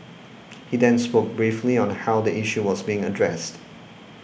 he then spoke briefly on how the issue was being addressed